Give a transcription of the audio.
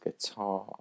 guitar